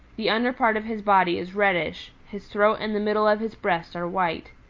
the under part of his body is reddish, his throat and the middle of his breast are white.